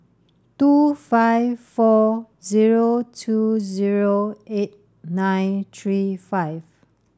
two five four zero two zero eight nine three five